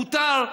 מותר.